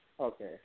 Okay